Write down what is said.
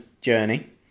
journey